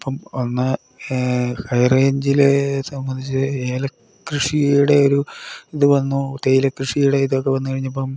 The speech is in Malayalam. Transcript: ഇപ്പം ഒന്ന് ഹൈറേഞ്ചിലെ സംബന്ധിച്ച് ഏലക്കൃഷിയുടെ ഒരു ഇതു വന്നു തേയിലക്കൃഷിയുടെ ഇതൊക്കെ വന്നു കഴിഞ്ഞപ്പം